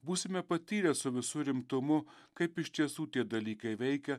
būsime patyrę su visu rimtumu kaip iš tiesų tie dalykai veikia